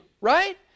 right